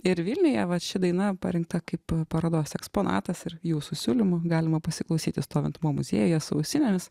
ir vilniuje vat ši daina parinkta kaip parodos eksponatas ir jūsų siūlymu galima pasiklausyti stovint mo muziejuje su ausinėmis